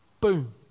Boom